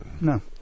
no